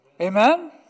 Amen